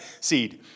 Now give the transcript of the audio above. seed